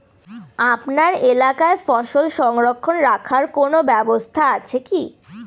আপনার এলাকায় ফসল সংরক্ষণ রাখার কোন ব্যাবস্থা আছে কি?